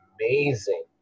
amazing